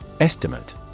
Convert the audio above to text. Estimate